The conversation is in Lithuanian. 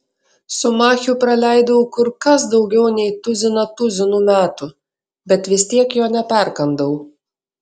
su machiu praleidau kur kas daugiau nei tuziną tuzinų metų bet vis tiek jo neperkandau